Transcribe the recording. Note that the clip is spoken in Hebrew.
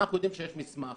אנחנו יודעים שיש מסמך